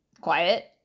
quiet